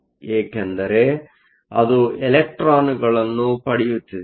ಏಕೆಂದರೆ ಅದು ಇಲೆಕ್ಟ್ರಾನ್ಗಳನ್ನು ಪಡೆಯುತ್ತಿದೆ